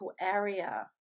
area